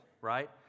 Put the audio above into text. right